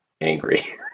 angry